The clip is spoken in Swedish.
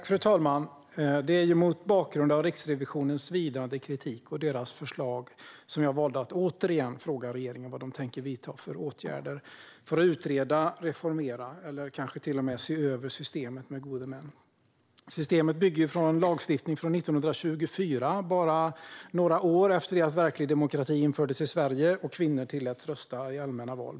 Fru talman! Det var mot bakgrund av Riksrevisionens svidande kritik och dess förslag som jag valde att återigen fråga vilka åtgärder regeringen tänker sig att vidta för att utreda, reformera eller se över systemet med gode män. Systemet bygger på en lagstiftning från 1924 - bara några år efter att verklig demokrati infördes i Sverige och kvinnor tilläts att rösta i allmänna val.